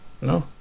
No